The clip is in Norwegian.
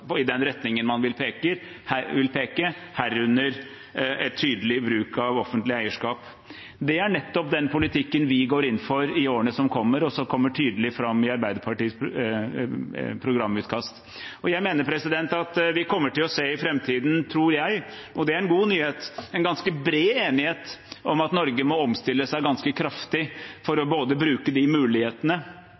i den retningen man vil peke, herunder en tydelig bruk av offentlig eierskap. Det er nettopp den politikken vi går inn for i årene som kommer, og som kommer tydelig fram i Arbeiderpartiets programutkast. Jeg mener at vi kommer til å se i framtiden, tror jeg, og det er en god nyhet, en ganske bred enighet om at Norge må omstille seg ganske kraftig for både å bruke de mulighetene